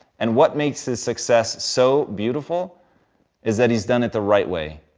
and what makes his success so beautiful is that he's done it the right way.